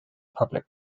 public